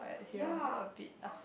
ya